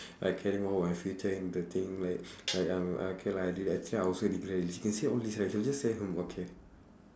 like caring more about my future and the thing like like um okay lah I di~ actually I also neglect this she can say all this right she'll just say hmm okay